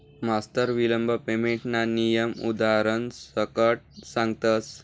मास्तर विलंब पेमेंटना नियम उदारण सकट सांगतस